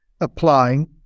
applying